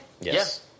Yes